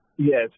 Yes